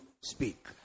speak